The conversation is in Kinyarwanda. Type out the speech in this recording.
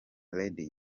lady